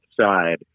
side